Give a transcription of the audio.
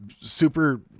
Super